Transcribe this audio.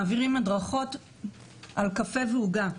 מעבירים הדרכות על קפה ועוגה.